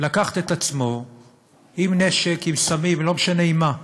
לקחת את עצמו עם נשק, עם סמים, לא משנה עם מה,